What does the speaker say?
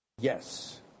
Yes